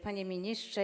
Panie Ministrze!